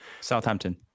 Southampton